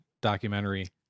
documentary